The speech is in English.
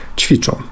ćwiczą